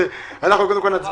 לשנות הכספים 2003 ו-2004) (תיקון מס' 18 והוראת שעה) (תיקון),